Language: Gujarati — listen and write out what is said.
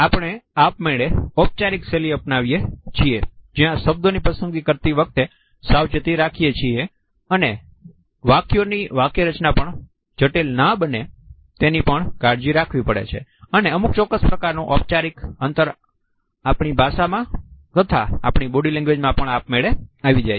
આપણે આપમેળે ઔપચારીક શૈલી અપનાવીએ છીએ જ્યાં શબ્દોની પસંદગી કરતી વખતે સાવચેતી રાખીએ છીએ અને વાક્યોની વાક્ય રચના પણ જટિલના બને તેની પણ કાળજી રાખવી પડે છે અને અમુક ચોક્કસ પ્રકારનું ઔપચારિક અંતર આપણી ભાષામાં તથા આપણી બોડી લેંગ્વેજમાં પણ આપમેળે આવી જાય છે